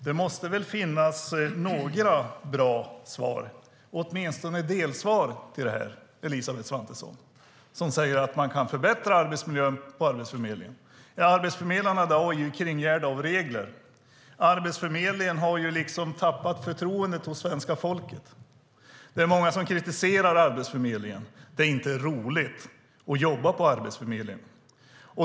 Det måste väl finnas några bra svar - eller åtminstone delsvar - till det här, Elisabeth Svantesson, som säger att man kan förbättra miljön på Arbetsförmedlingen. Arbetsförmedlarna är i dag kringgärdade av regler. Arbetsförmedlingen har tappat svenska folkets förtroende, och det är många som kritiserar Arbetsförmedlingen. Det är inte roligt att jobba där.